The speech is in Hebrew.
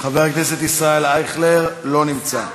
חבר הכנסת ישראל אייכלר, לא נמצא.